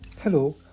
Hello